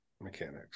mechanics